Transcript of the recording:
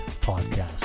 podcast